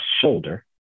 shoulder